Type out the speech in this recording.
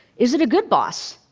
is it a good boss?